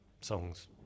songs